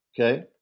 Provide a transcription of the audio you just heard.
Okay